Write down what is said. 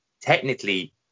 technically